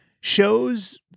shows